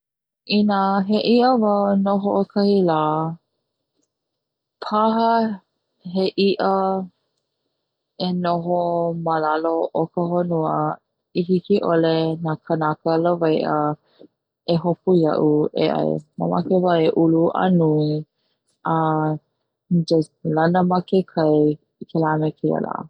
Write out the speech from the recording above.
Ina he i'a wau no ho'okahi la paha he i'a e noho ma lalo o ka honua i hiki 'ole na kanaka lawai'a e hopu ia'u e 'ai, mamake wau e ulu a nui a lana ma ke kai i kela me keia la.